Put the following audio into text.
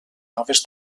noves